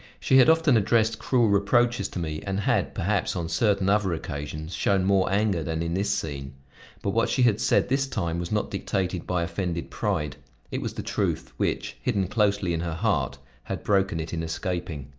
she had often addressed cruel reproaches to me and had, perhaps, on certain other occasions shown more anger than in this scene but what she had said this time was not dictated by offended pride it was the truth, which, hidden closely in her heart, had broken it in escaping.